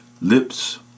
lips